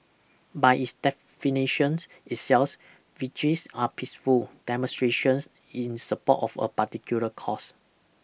by its definition itself vigils are peaceful demonstrations in support of a particular cause